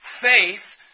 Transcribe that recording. Faith